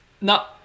No